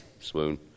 swoon